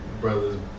brother's